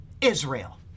Israel